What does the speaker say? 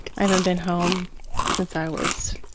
i haven't been home since i was,